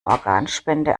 organspende